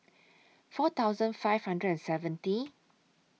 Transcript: four thousand five hundred and seventy